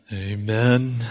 Amen